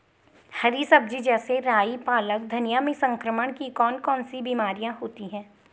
हरी सब्जी जैसे राई पालक धनिया में संक्रमण की कौन कौन सी बीमारियां होती हैं?